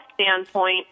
standpoint